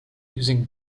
using